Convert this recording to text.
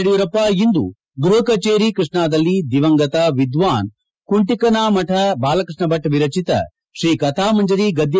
ಯಡಿಯೂರಪ್ಪ ಇಂದು ಗೃಹ ಕಚೇರಿ ಕೃಷ್ಣಾದಲ್ಲಿ ದಿವಂಗತ ವಿದ್ವಾನ್ ಕುಂಟಿಕಾನಮರ ಬಾಲಕೃಷ್ಣ ಭಟ್ ವಿರಚಿತ ಶ್ರೀ ಕಥಾಮಂಜರಿ ಗದ್ದ